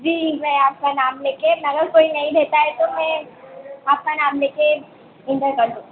जी मैं आप का नाम ले कर अगर कोई नहीं भेंटाएँ तो मैं आपका नाम ले कर इंटर कर लूँगा